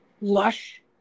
lush